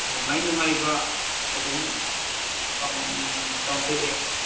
ꯅꯨꯡꯉꯥꯏ ꯅꯨꯡꯉꯥꯏꯕ ꯑꯗꯨꯝ ꯄꯥꯡꯊꯣꯛꯑꯦ